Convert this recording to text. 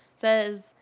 says